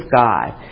God